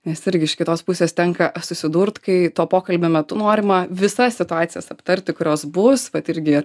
nes irgi iš kitos pusės tenka susidurt kai to pokalbio metu norima visas situacijas aptarti kurios bus vat irgi